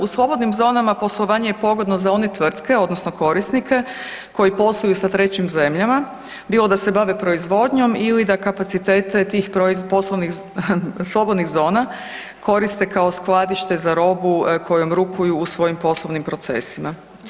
U slobodnim zonama poslovanje je pogodno za one tvrtke odnosno korisnike koji posluju sa trećim zemljama, bilo da se bave proizvodnjom ili da kapacitete tih slobodnih zona koriste kao skladište za robu kojom rukuju u svojim poslovnim procesima.